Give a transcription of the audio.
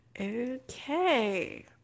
okay